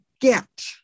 get